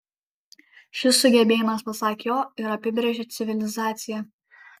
šis sugebėjimas pasak jo ir apibrėžia civilizaciją